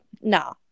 nah